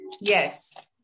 Yes